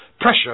pressure